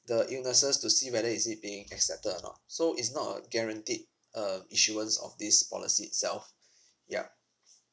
the illnesses to see whether is it being accepted or not so it's not a guaranteed um issuance of this policy itself yup